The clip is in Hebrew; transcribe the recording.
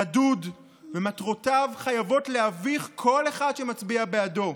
רדוד, ומטרותיו חייבות להביך כל אחד שמצביע בעדו.